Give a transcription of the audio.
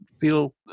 feel